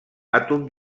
àtom